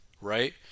right